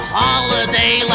holiday